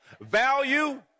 value